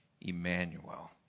Emmanuel